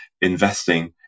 investing